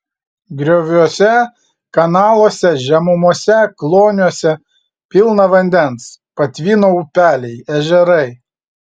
grioviuose kanaluose žemumose kloniuose pilna vandens patvino upeliai ežerai